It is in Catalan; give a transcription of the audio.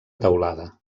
teulada